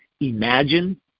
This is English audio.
imagine